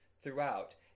throughout